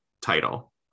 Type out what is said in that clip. title